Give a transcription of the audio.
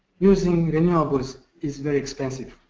using renewables is very expensive.